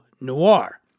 Noir